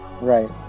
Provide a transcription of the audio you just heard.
Right